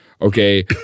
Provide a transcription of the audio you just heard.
okay